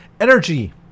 energy